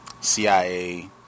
CIA